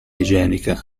igienica